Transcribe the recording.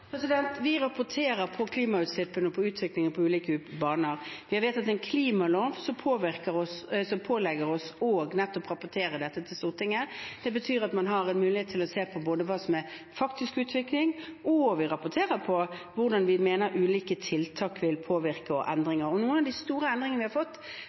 Vi rapporterer på klimautslippene og på utviklingen på ulike baner. Jeg vet at en klimalov som pålegger oss å rapportere dette til Stortinget, betyr at man har en mulighet til å se på hva som er faktisk utvikling, og vi rapporterer på hvordan vi mener ulike tiltak og endringer vil påvirke. Noen av de store endringene vi har fått,